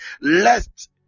lest